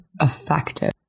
effective